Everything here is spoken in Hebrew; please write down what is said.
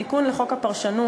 תיקון לחוק הפרשנות,